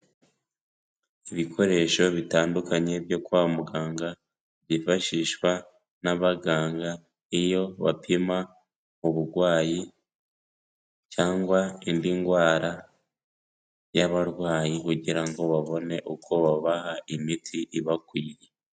Ibikoresho bitandukanye byo kwa muganga, byifashishwa n'abaganga iyo bapima uburwayi cyangwa indi ndwara y'abarwayi kugira ngo babone uko babaha imiti ibakwiriye.